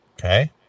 Okay